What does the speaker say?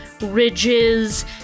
ridges